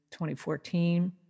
2014